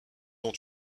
ont